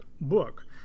book